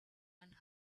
and